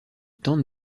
tente